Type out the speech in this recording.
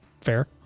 Fair